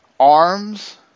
ARMS